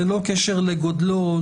ללא קשר לגודלו,